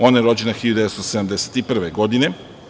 Ona je rođena 1971. godine.